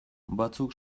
batzuk